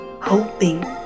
hoping